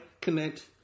connect